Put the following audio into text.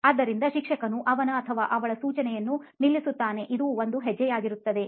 ಆದ್ದರಿಂದ ಶಿಕ್ಷಕನು ಅವನ ಅಥವಾ ಅವಳ ಸೂಚನೆಯನ್ನು ನಿಲ್ಲಿಸುತ್ತಾನೆ ಇದು ಒಂದು ಹೆಜ್ಜೆಯಾಗಿರುತ್ತದೆ